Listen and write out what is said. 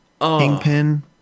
Kingpin